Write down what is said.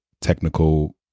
technical